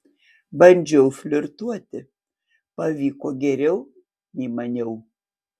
bandžiau flirtuoti pavyko geriau nei maniau